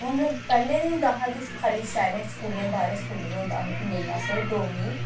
हून पैह्लें ते होंदा हा कि खाल्ली शैह्रें स्कूलें बाह्रें स्कूलें च होंदा हा कि नेईं असें डोगरी